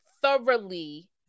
Thoroughly